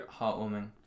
heartwarming